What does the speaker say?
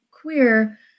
queer